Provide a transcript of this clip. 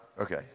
Okay